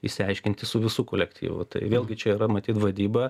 išsiaiškinti su visu kolektyvu vėlgi čia yra matyt vadyba